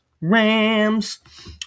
Rams